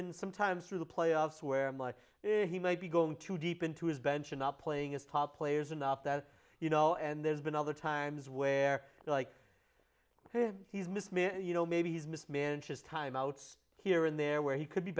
been some times through the playoffs where much he might be going to deep into his bench and not playing as top players enough that you know and there's been other times where like he's missed you know maybe he's mismanages time outs here and there where he could be